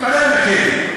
הם עדיין בכלא.